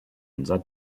unser